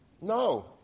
No